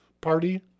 party